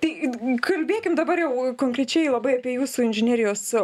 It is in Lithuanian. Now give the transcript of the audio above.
tai kalbėkim dabar jau konkrečiai labai apie jūsų inžinerijos